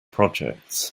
projects